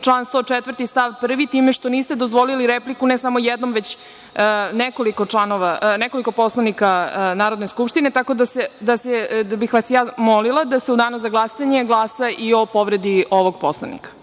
član 104. stav 1. time što niste dozvolili repliku, ne samo jednom, već nekoliko poslanika Narodne skupštine, tako da bih vas ja molila da se u Danu za glasanje glasa i o povredi ovog Poslovnika,